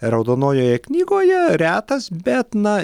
raudonojoje knygoje retas bet na